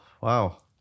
wow